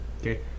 Okay